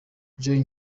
john